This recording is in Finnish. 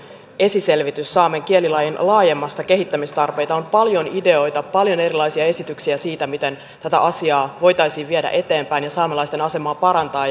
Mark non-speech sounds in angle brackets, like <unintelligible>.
esiselvitys saamen kielilain laajemmista kehittämistarpeista on paljon ideoita paljon erilaisia esityksiä siitä miten tätä asiaa voitaisiin viedä eteenpäin ja saamelaisten asemaa parantaa <unintelligible>